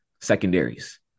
secondaries